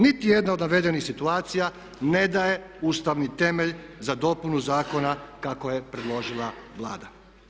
Nitijedna od navedenih situacija ne daje ustavni temelj za dopunu zakona kako je predložila Vlada.